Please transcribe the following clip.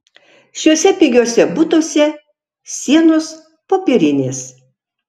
šiuose pigiuose butuose sienos popierinės